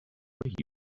what